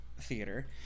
theater